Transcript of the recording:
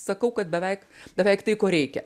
sakau kad beveik beveik tai ko reikia